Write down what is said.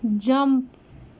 jump